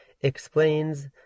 explains